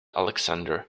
alexander